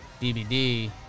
DVD